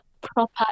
proper